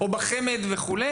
או בחמ"ד וכו'?